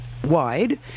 wide